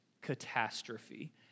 catastrophe